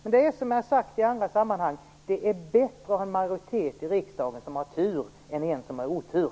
Men, som jag har sagt i andra sammanhang, det är bättre att ha en majoritet i riksdagen som har tur än en som har otur.